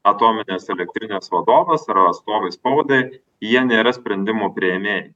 atominės elektrinės vadovas ar atstovai spaudai jie nėra sprendimų priėmėjai